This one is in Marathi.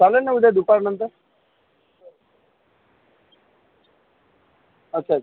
चालेल ना उद्या दुपारनंतर अच्छा अच्छा